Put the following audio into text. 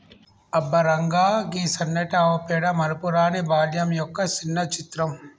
అబ్బ రంగా, గీ సన్నటి ఆవు పేడ మరపురాని బాల్యం యొక్క సిన్న చిత్రం